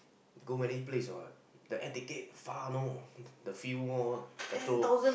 go many place what the air ticket far you know the fuel all petrol